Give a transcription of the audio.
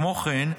כמו כן,